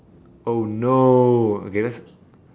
oh no okay let's